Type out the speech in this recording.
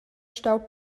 stau